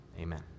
Amen